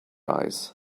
eyes